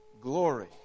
glory